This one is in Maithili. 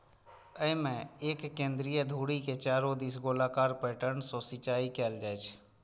अय मे एक केंद्रीय धुरी के चारू दिस गोलाकार पैटर्न सं सिंचाइ कैल जाइ छै